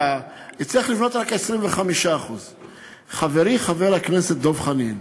הצליח לבנות רק 25%. חברי חבר הכנסת דב חנין